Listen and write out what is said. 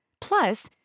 Plus